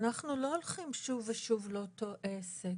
אנחנו לא הולכים שוב ושוב לאותו עסק.